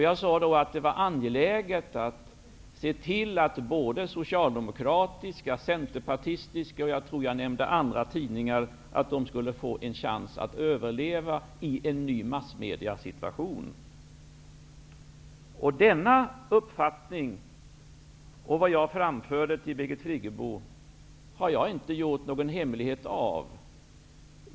Jag sade då att det var angeläget att se till att såväl socialdemokratiska som centerpartistiska och andra tidningar får en chans att överleva i en ny massmediesituation. Jag har inte gjort någon hemlighet av denna uppfattning och det som jag framförde till Birgit Friggebo.